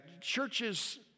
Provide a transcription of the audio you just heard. churches